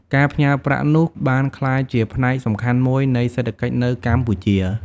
ការផ្ញើប្រាក់នោះបានក្លាយជាផ្នែកសំខាន់មួយនៃសេដ្ឋកិច្ចនៅកម្ពុជា។